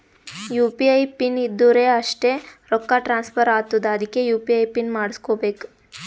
you P I pin ಇದ್ದುರ್ ಅಷ್ಟೇ ರೊಕ್ಕಾ ಟ್ರಾನ್ಸ್ಫರ್ ಆತ್ತುದ್ ಅದ್ಕೇ ಯು.ಪಿ.ಐ ಪಿನ್ ಮಾಡುಸ್ಕೊಬೇಕ್